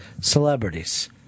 celebrities